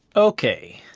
ok,